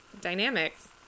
dynamics